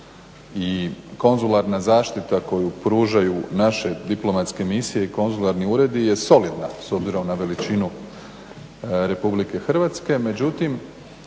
I konzularna zaštita koju pružaju naše diplomatske misije i konzularni uredi je solidna s obzirom na veličinu Republike Hrvatske. Međutim,